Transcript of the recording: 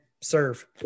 serve